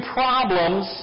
problems